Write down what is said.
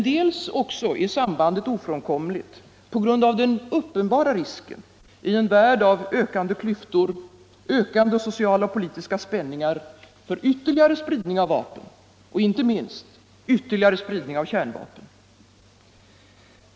Dels är sambandet ofrånkomligt på grund av den uppenbara risken i en värld av ökande klyftor, ökande sociala och politiska spänningar, för ytterligare spridning av vapen och inte minst ytterligare spridning av kärnvapen.